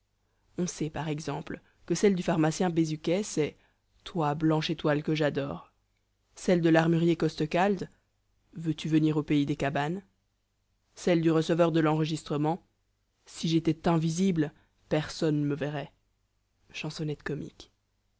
on sait par exemple que celle du pharmacien bézuquet c'est toi blanche étoile que j'adore celle de l'armurier costecalde veux-tu venir au pays des cabanes celle du receveur de l'enregistrement si jétais t invisible personne n'me verrait